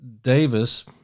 Davis